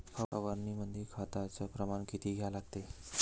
फवारनीमंदी खताचं प्रमान किती घ्या लागते?